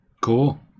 cool